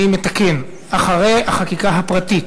אני מתקן: אחרי החקיקה הפרטית,